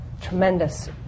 tremendous